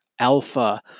Alpha